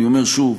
אני אומר שוב,